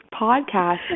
podcast